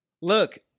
Look